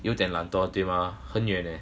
有点懒惰对 mah 很远 eh